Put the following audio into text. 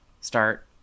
start